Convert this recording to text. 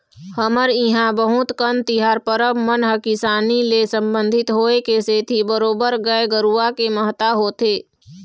हमर इहाँ बहुत कन तिहार परब मन ह किसानी ले संबंधित होय के सेती बरोबर गाय गरुवा के महत्ता होथे